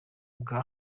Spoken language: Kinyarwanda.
bwa